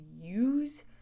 use